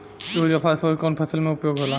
Urea phosphorus कवना फ़सल में उपयोग होला?